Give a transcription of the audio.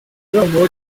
kizatangira